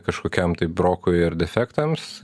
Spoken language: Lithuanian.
kažkokiam tai brokui ar defektams